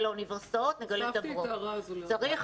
לאוניברסיטאות נגלה --- הוספתי את ההערה הזו לסיכום הישיבה.